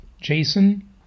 Jason